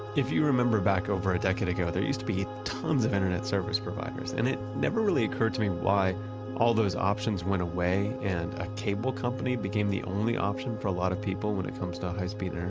if you remember back over a decade ago, there used to be tons of internet service providers. and it never really occurred to me why all those options went away, and a cable company became the only option for a lot of people when it comes to high speed internet.